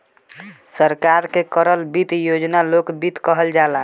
सरकार के करल वित्त योजना लोक वित्त कहल जाला